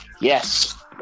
yes